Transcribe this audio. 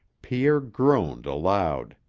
pierre groaned aloud.